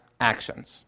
actions